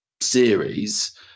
series